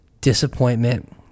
disappointment